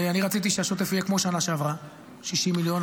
אני רציתי שהשוטף יהיה כמו שנה שעברה, 60 מיליון.